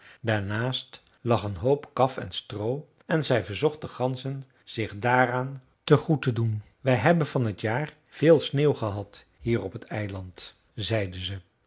daarnaast lag een hoop kaf en stroo en zij verzocht de ganzen zich daaraan te goed te doen wij hebben van t jaar veel sneeuw gehad hier op het eiland zeide ze